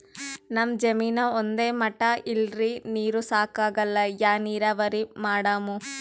ನಮ್ ಜಮೀನ ಒಂದೇ ಮಟಾ ಇಲ್ರಿ, ನೀರೂ ಸಾಕಾಗಲ್ಲ, ಯಾ ನೀರಾವರಿ ಮಾಡಮು?